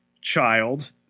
child